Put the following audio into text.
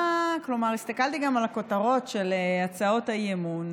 הסתכלתי גם על הכותרות של הצעות האי-אמון,